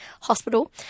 Hospital